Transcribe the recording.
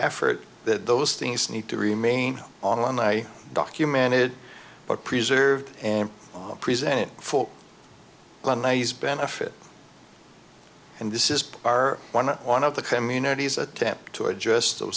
effort that those things need to remain on i documented or preserved and presented for a nice benefit and this is our one on one of the communities attempt to address